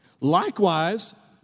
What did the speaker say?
Likewise